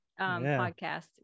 podcast